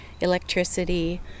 electricity